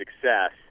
success